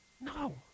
No